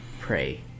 pray